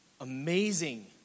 amazing